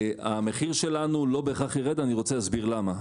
המחיר שלנו לא בהכרח יירד, ואני אסביר למה.